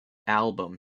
album